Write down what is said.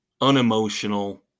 unemotional